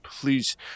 please